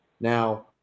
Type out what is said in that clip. now